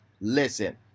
Listen